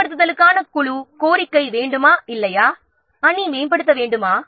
மேம்படுத்தலுக்காக குழு வேண்டுமா இல்லையா என கோரிக்கை இட்டார்களா